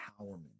Empowerment